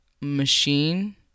machine